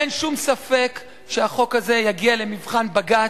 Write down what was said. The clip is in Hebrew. אין שום ספק שהחוק הזה יגיע למבחן בג"ץ,